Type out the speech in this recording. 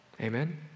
Amen